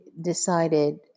decided